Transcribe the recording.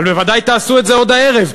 אבל בוודאי תעשו את זה עוד הערב,